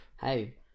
Hey